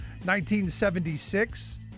1976